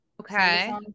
okay